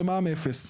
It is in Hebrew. במע"מ אפס.